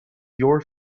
your